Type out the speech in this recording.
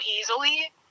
easily